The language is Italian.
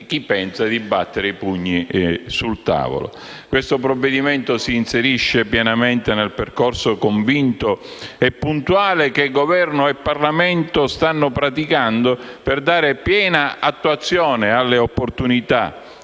chi pensa di battere i pugni sul tavolo. Il provvedimento in esame si inserisce pienamente nel percorso convinto e puntuale che il Governo e il Parlamento stanno praticando, per dare piena attuazione alle opportunità